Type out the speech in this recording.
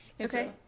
Okay